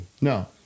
No